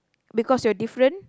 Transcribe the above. because you're different